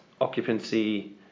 occupancy